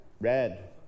red